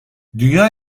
dünya